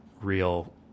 real